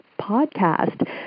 podcast